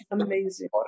amazing